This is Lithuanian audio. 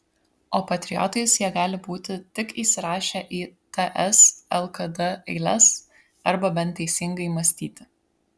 o patriotais jie gali būti tik įsirašę į ts lkd eiles arba bent teisingai mąstyti